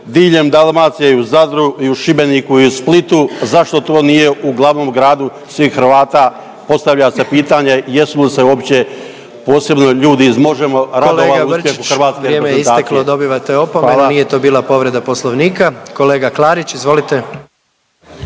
Kolega Brčić, vrijeme je isteklo, dobivate opomenu, nije to bila povreda Poslovnika. Kolega Klarić, izvolite.